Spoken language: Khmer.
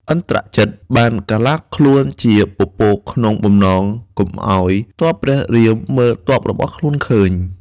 ឥន្ទ្រជិត បានកាឡាខ្លួនជាពពកក្នុងបំណងកុំឱ្យទ័ពព្រះរាមមើលទ័ពរបស់ខ្លួនឃើញ។